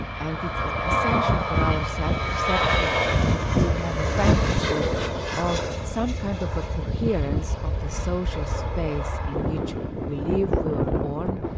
and it's ah essential for our self-perception that we have a fantasy of some kind of ah coherence of the social space in which we live, we were born.